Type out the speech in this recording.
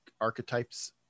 archetypes